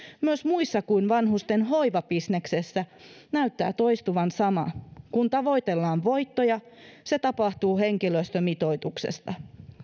myös muissa kuin vanhusten hoivabisneksessä näyttää toistuvan sama kun tavoitellaan voittoja se tapahtuu henkilöstömitoituksesta